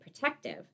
protective